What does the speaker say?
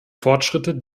fortschritte